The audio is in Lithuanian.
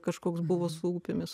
kažkoks buvo su upėmis